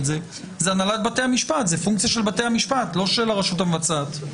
זאת הנהלת בתי המשפט וזאת פונקציה של בתי המשפט ולא של הרשות המבצעת.